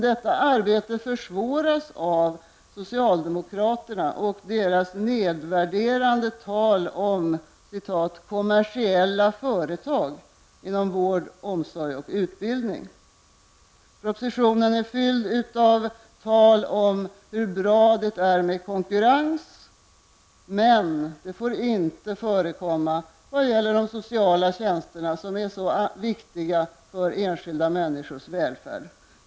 Detta arbete försvåras dock av socialdemokraterna och deras nedvärderande tal om ''kommersiella företag'' inom vård, omsorg, och utbildning. Propositionen är fylld av tal om hur bra det är med konkurrens, men det får inte förekomma i vad gäller de sociala tjänsterna som är så viktiga för enskilda människors välfärd.